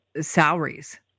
salaries